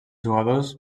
jugadors